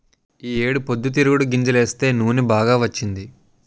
ఈ ఏడు పొద్దుతిరుగుడు గింజలేస్తే నూనె బాగా వచ్చింది